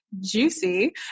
juicy